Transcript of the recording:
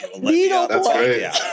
needlepoint